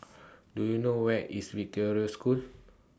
Do YOU know Where IS Victoria School